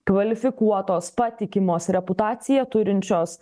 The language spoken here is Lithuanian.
kvalifikuotos patikimos reputaciją turinčios